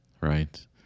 Right